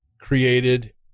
created